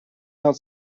not